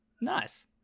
Nice